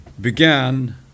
began